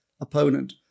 opponent